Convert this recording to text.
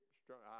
strong